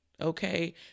Okay